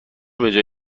بجای